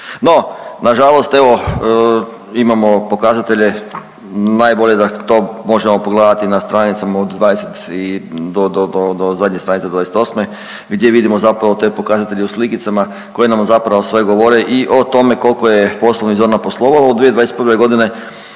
No, nažalost evo imamo pokazatelje najbolje da to možemo pogledati na stranicama od 20 i do, do zadnje stranice 28 gdje vidimo zapravo te pokazatelje u slikicama koje nam zapravo sve govore i o tome koliko je poslovnih zona poslovalo u 2021. godine,